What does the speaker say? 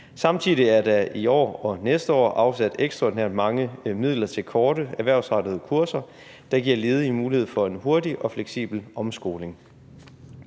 Samtidig er der i år og næste år afsat ekstraordinært mange midler til korte erhvervsrettede kurser, der giver ledige mulighed for en hurtig og fleksibel omskoling.